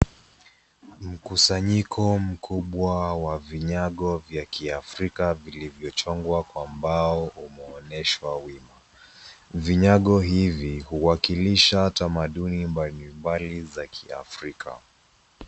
Mkusanyiko mkubwa wa vinyago vya kiafrika vilivyochongwa kwa mbao au umeonyeshwa wima. Vinyago hivi huwakilisha tamaduni mbalimbali za Kiafrika.